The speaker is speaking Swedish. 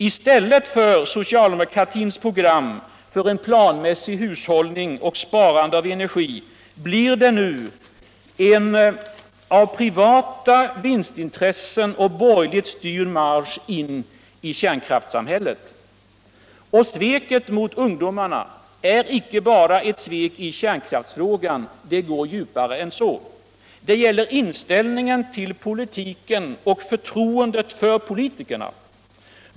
I stället för socialdemokratins program för en planmässig hushållning och sparande av energi blir det nu en av privata vinstintressen borgerligt stvrd marsch in i kärnkraftssamhället. Allmänpolitisk debatt 1 Allmänpolitisk debatt Sveket mot ungdomarna är inte bara ett svek i kärnkraftsfrågan. Det går djupare än sä. Det giäller inställningen till politiken och förtroendet för politikerna.